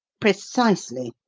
precisely.